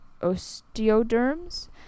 osteoderms